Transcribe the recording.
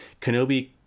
Kenobi